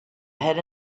ahead